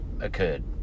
occurred